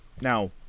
now